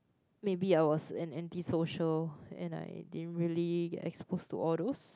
maybe I was an anti social and I didn't really get exposed to all those